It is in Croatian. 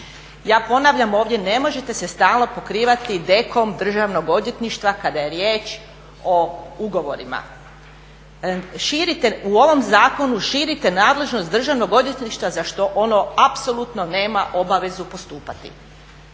Ja ponavljam ovdje, ne možete se stalno pokrivati dekom državnog odvjetništva kada je riječ o ugovorima. U ovom zakonu širite nadležnost državnog odvjetništva za što ono apsolutno nema obavezu postupati.